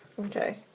Okay